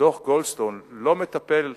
לא מטפל בישראל,